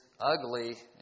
ugly